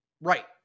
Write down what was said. Right